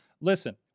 listen